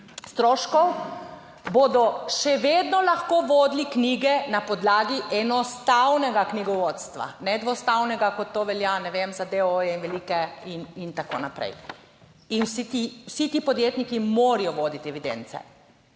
stroškov, bodo še vedno lahko vodili knjige na podlagi enostavnega knjigovodstva, ne dvostavnega, kot to velja, ne vem, za deoo in velike in tako naprej. In vsi ti, vsi ti podjetniki, morajo voditi evidence,